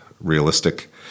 realistic